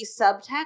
subtext